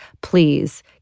Please